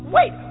Wait